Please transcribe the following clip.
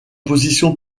position